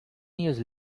years